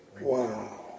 Wow